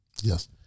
Yes